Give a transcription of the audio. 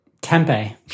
Tempe